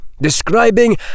describing